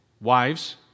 wives